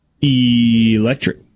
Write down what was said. electric